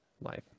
life